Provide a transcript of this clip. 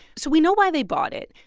so we know why they bought it.